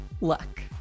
luck